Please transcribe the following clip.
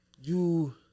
you-